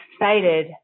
excited